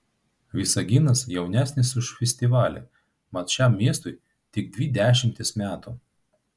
visaginas jaunesnis už festivalį mat šiam miestui tik dvi dešimtys metų